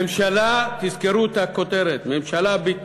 ממשלה,